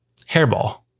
hairball